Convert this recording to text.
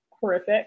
horrific